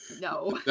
No